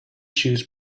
shoes